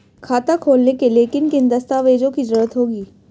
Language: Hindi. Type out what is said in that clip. खाता खोलने के लिए किन किन दस्तावेजों की जरूरत होगी?